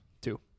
Two